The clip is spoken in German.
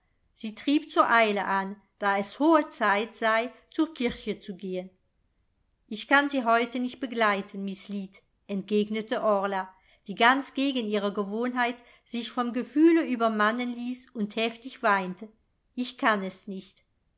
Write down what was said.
sie trieb zur eile an da es hohe zeit sei zur kirche zu gehen ich kann sie heute nicht begleiten miß lead entgegnete orla die ganz gegen ihre gewohnheit sich vom gefühle übermannen ließ und heftig weinte ich kann es nicht